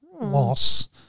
loss